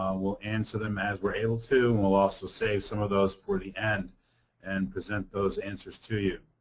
we'll answer them as we're able to. and we'll also save some of those for the end and present those answers to you.